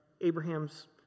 Abraham's